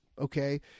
okay